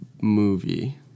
movie